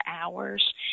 hours